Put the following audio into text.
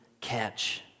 catch